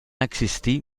existir